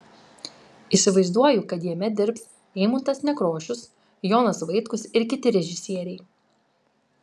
įsivaizduoju kad jame dirbs eimuntas nekrošius jonas vaitkus ir kiti režisieriai